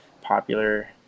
popular